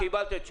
קיבלת את שלך.